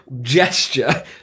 gesture